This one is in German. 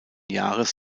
jahres